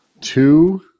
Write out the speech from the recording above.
Two